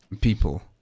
people